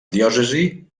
diòcesi